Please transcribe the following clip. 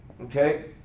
Okay